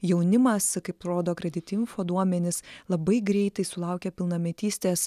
jaunimas kaip rodo kredit info duomenys labai greitai sulaukę pilnametystės